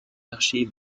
archives